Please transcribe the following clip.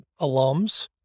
alums